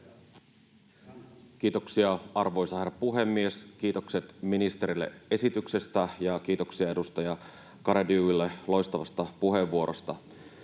Kiitoksia, arvoisa herra puhemies! Kiitokset ministerille esityksestä ja kiitoksia edustaja Garedew’lle loistavasta puheenvuorosta.